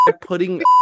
putting